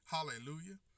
Hallelujah